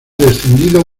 descendido